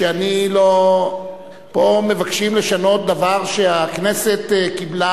שאני לא, פה מבקשים לשנות דבר שהכנסת קיבלה,